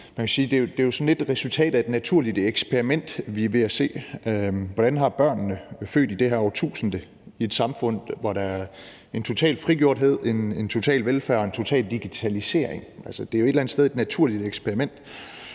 lidt er resultatet af et naturligt eksperiment, vi er ved at se: Hvordan har børnene født i det her årtusinde det i et samfund, hvor der er en total frigjorthed, en total velfærd og en total digitalisering? Det er jo et eller